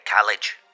college